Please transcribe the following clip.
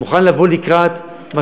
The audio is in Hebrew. אני מוכן לבוא לקראת מה